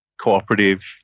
cooperative